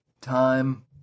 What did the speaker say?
time